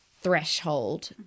threshold